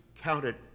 counted